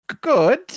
good